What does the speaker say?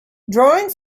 drawing